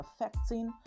affecting